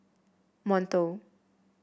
monto